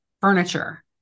furniture